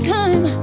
time